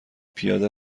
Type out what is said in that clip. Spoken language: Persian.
پیاده